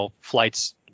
flights